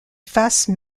fasse